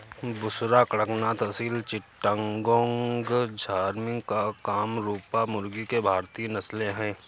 बुसरा, कड़कनाथ, असील चिट्टागोंग, झर्सिम और कामरूपा मुर्गी की भारतीय नस्लें हैं